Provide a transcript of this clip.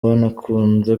banakunze